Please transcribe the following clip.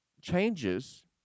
changes